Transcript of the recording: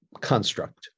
construct